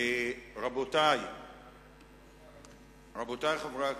רבותי חברי הכנסת,